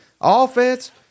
Offense